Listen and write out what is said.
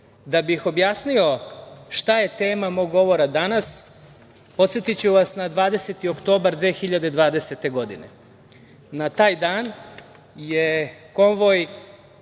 bih objasnio šta je tema mog govora danas, podsetiću vas na 20. oktobar 2020. godine. Na taj dan je konvoj